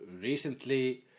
recently